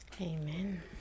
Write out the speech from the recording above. amen